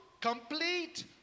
complete